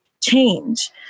change